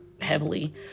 heavily